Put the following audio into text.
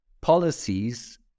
policies